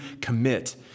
commit